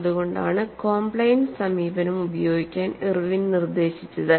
അതുകൊണ്ടാണ് കോംപ്ലയൻസ് സമീപനം ഉപയോഗിക്കാൻ ഇർവിൻ നിർദ്ദേശിച്ചത്